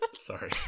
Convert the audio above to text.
Sorry